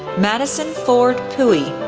madison ford puhy,